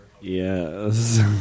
Yes